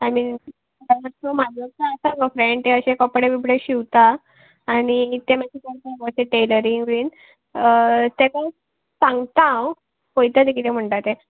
I मीन तसो म्हाजो आसा गो फ्रेंड ते अशे कपडे बिपडे शिवता आनी ते मात्शे गो अशे टेलरींग बीन तेका सांगता हांव पयता तें कितें म्हणटा तें